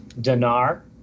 Dinar